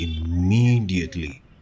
immediately